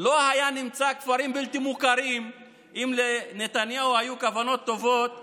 הם מבינים טוב ממך מה המחיר: נזק עצום לכלכלה.